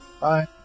Bye